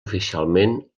oficialment